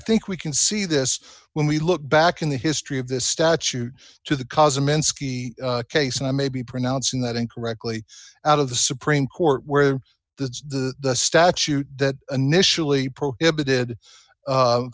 think we can see this when we look back in the history of this statute to the cause amend ski case and i may be pronouncing that incorrectly out of the supreme court where the statute that initially prohibited